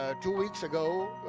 ah two weeks ago,